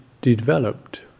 developed